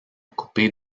coupé